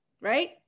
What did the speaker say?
right